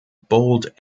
bold